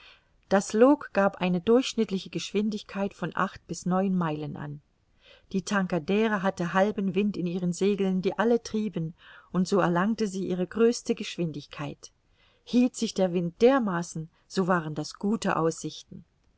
das log gab eine durchschnittliche geschwindigkeit von acht bis neun meilen an die tankadere hatte halben wind in ihren segeln die alle trieben und so erlangte sie ihre größte geschwindigkeit hielt sich der wind dermaßen so waren das gute aussichten